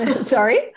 Sorry